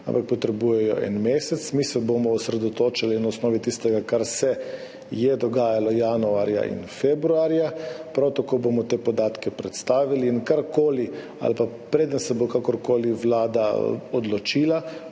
ampak potrebujejo en mesec. Mi se bomo osredotočali na osnovi tistega, kar se je dogajalo januarja in februarja. Prav tako bomo te podatke predstavili in preden se bo Vlada kakorkoli odločila,